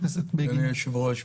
אדוני היושב-ראש,